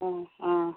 ആ ആ